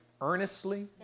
earnestly